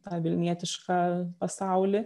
tą vilnietišką pasaulį